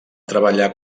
treballar